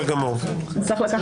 גם את זה צריך לקחת